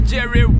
Jerry